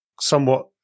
somewhat